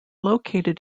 located